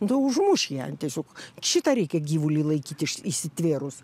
nu užmuš ją tiesiog šitą reikia gyvulį laikyti iš įsitvėrus